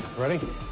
ready